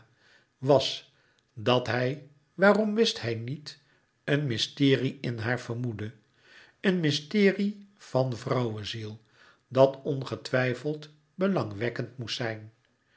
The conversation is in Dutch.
was dat hij waarom wist hij niet een mysterie in haar vermoedde een mysterie van vrouweziel dat ongetwijfeld belangwekkend moest zijn